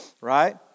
Right